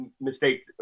mistake